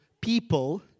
people